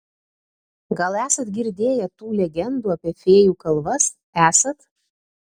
gal esat girdėję tų legendų apie fėjų kalvas esat